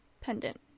pendant